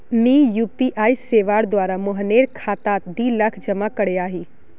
मी यु.पी.आई सेवार द्वारा मोहनेर खातात दी लाख जमा करयाही